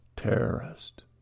Terrorist